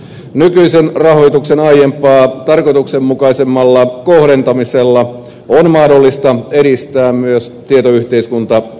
nykyisen rahoituksen aiempaa tarkoituksenmukaisemmalla kohdentamisella on mahdollista edistää myös tietoyhteiskuntakehitystä